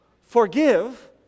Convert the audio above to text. forgive